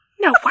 No